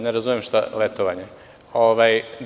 Ne razumem šta – letovanje.